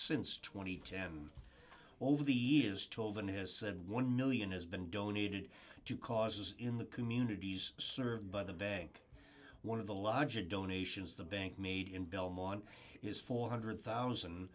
since twenty two m over the years tovan has said one million has been donated to causes in the communities served by the bank one of the larger donations the bank made in belmont is four hundred thousand